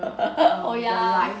oh ya